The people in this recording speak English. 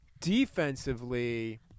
defensively